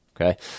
Okay